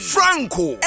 Franco